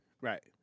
right